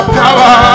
power